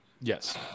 Yes